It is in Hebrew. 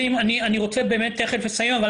אני קמתי וביקשתי מבית המשפט לוותר על הדיון.